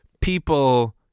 people